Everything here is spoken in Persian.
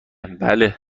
بله